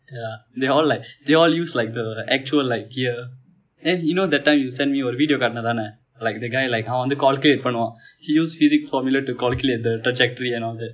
ya they all like they all use like the actual like gear and you know that time you send me ஒரு:oru video காட்டினாய் தானெ:kaatinai thaane like the guy like அவன் வந்து:avan vanthu calculate பன்னுவான்:pannuvaan he use physics formula to calculate the trajectory and all that